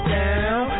down